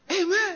Amen